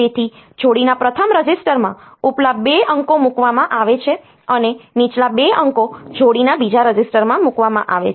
તેથી જોડીના પ્રથમ રજિસ્ટરમાં ઉપલા 2 અંકો મૂકવામાં આવે છે અને નીચલા 2 અંકો જોડીના બીજા રજિસ્ટરમાં મૂકવામાં આવે છે